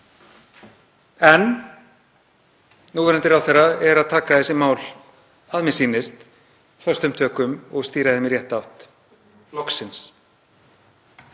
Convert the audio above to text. En núverandi ráðherra er að taka þessi mál, að mér sýnist, föstum tökum og stýra þeim í rétta átt — loksins.